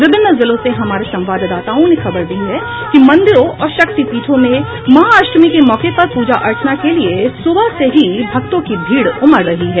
विभिन्न जिलों से हमारे संवाददाताओं ने खबर दी है कि मंदिरों और शक्तिपीठों में महाअष्टमी के मौके पर पूजा अर्चना के लिये सुबह से ही भक्तों की भीड़ उमड़ रही है